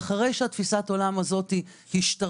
אחרי שתפיסת העולם הזאת השתרשה,